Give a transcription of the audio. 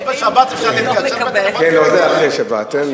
בכל זאת, בשבת אפשר להתקשר, לא, זה אחרי שבת.